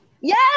Yes